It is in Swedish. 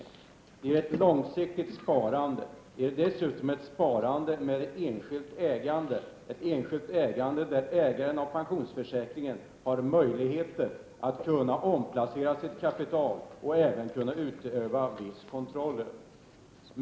Det ger ett långsiktigt sparande, och det ger dessutom ett sparande med enskilt ägande — ett enskilt ägande där ägaren av pensionsförsäkringen har möjligheter att kunna omplacera sitt kapital och även utöva viss kontroll över det.